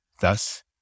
Thus